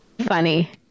Funny